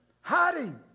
Hiding